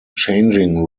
changing